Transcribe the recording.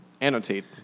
Annotate